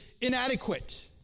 inadequate